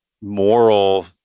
moral